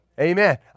Amen